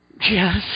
Yes